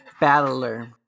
Battler